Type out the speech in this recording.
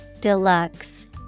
Deluxe